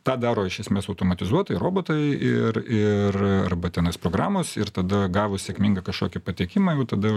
tą daro iš esmės automatizuotai robotai ir ir arba tenais programos ir tada gavus sėkmingą kažkokį patekimą jau tada